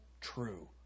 true